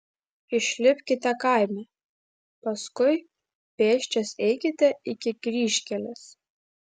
išlipkite kaime paskui pėsčias eikite iki kryžkelės